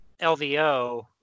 LVO